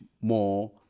more